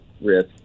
risk